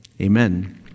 Amen